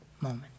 moment